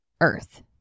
earth